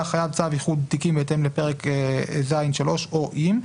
החייב צו איחוד תיקים בהתאם לפרק ז3 או אם".